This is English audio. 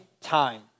time